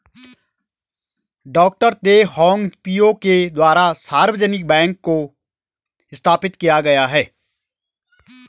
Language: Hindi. डॉ तेह होंग पिओ के द्वारा सार्वजनिक बैंक को स्थापित किया गया है